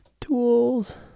tools